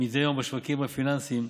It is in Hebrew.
מדי יום בשווקים הפיננסיים,